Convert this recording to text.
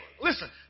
listen